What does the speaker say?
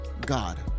God